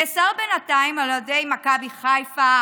נאסר בינתיים על אוהדי מכבי חיפה,